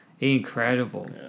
incredible